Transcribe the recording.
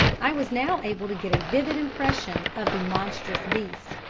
i was now able to get a vivid impression of the monstrous beast.